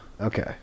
Okay